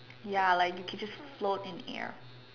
ya like you could just float in air